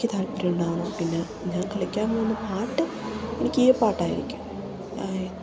എനിക്ക് താല്പര്യം ഉണ്ടാവണം പിന്നെ ഞാൻ കളിക്കാൻ പോകുന്ന പാട്ട് എനിക്ക് ഈ പാട്ടായിരിക്കും ആയി